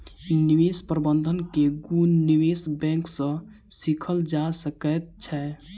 निवेश प्रबंधन के गुण निवेश बैंक सॅ सीखल जा सकै छै